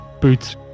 Boots